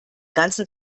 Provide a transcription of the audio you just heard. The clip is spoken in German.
ganzen